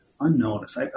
unnoticed